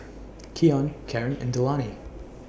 Keyon Carin and Delaney